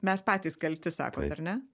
mes patys kalti sakot ar ne